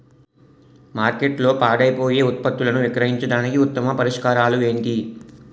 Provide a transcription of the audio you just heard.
మార్కెట్లో పాడైపోయే ఉత్పత్తులను విక్రయించడానికి ఉత్తమ పరిష్కారాలు ఏంటి?